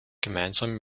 gemeinsam